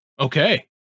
okay